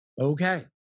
okay